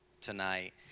tonight